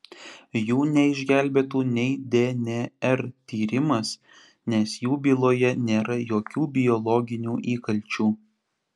jų neišgelbėtų nei dnr tyrimas nes jų byloje nėra jokių biologinių įkalčių